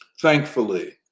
thankfully